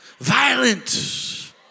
Violent